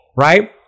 right